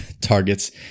targets